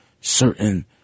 certain